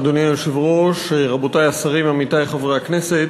אדוני היושב-ראש, רבותי השרים, עמיתי חברי הכנסת,